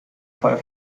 fall